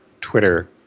Twitter